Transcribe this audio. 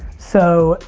so,